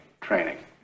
training